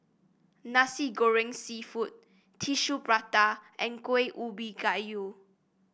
Nasi Goreng seafood Tissue Prata and Kuih Ubi Kayu